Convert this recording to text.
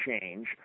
change